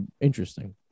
interesting